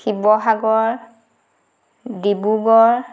Sivasagar Dibrugarh